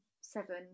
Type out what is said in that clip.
seven